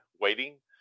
waiting